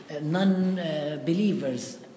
non-believers